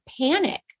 panic